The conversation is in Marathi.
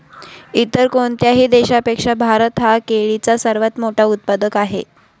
इतर कोणत्याही देशापेक्षा भारत हा केळीचा सर्वात मोठा उत्पादक आहे